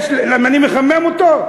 הוא מחמם אותך.